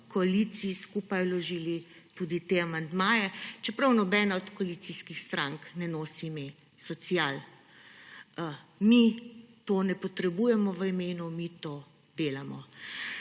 koaliciji skupaj vložili tudi te amandmaje, čeprav nobena od koalicijskih strank ne nosi imena Social… Mi tega ne potrebujemo v imenu, mi to delamo.